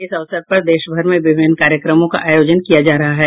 इस अवसर पर देशभर में विभिन्न कार्यक्रमों का आयोजन किया जा रहा है